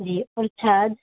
جی اور چھاچھ